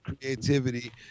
creativity